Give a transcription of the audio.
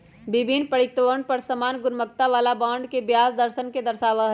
विभिन्न परिपक्वतवन पर समान गुणवत्ता वाला बॉन्ड के ब्याज दरवन के दर्शावा हई